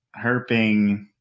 herping